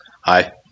hi